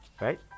right